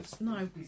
no